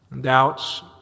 Doubts